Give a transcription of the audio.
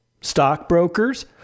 stockbrokers